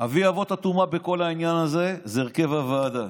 אבי אבות הטומאה בכל העניין הזה זה הרכב הוועדה,